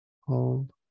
Hold